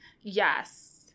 yes